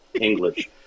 english